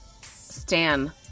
stan